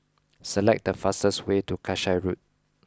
select the fastest way to Kasai Road